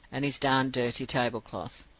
and his darned dirty tablecloth.